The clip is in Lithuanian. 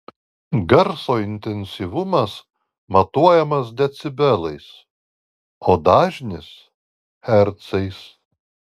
garso intensyvumas matuojamas decibelais o dažnis hercais